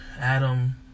Adam